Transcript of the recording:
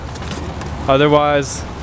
Otherwise